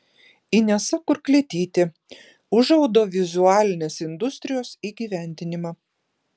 inesa kurklietytė už audiovizualinės industrijos įgyvendinimą